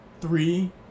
Three